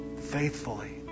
Faithfully